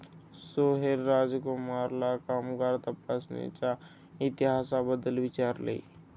सोहेल राजकुमारला कामगार तपासणीच्या इतिहासाबद्दल विचारले